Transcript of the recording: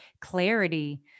clarity